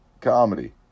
comedy